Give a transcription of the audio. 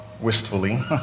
Wistfully